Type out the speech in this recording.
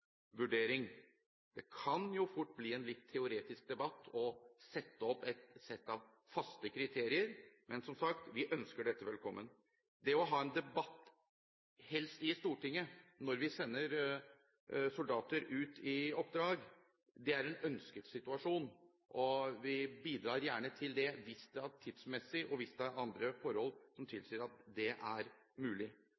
Det kan fort bli en litt teoretisk debatt å sette opp et sett av faste kriterier, men, som sagt, vi ønsker dette velkommen. Det å ha en debatt, helst i Stortinget, når vi sender soldater ut i oppdrag, er en ønsket situasjon, og vi bidrar gjerne til det hvis det er av tidsmessige årsaker, eller det er andre forhold som